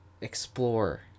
explore